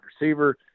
receiver